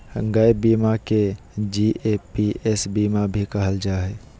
gap बीमा के G A P S बीमा भी कहल जा हय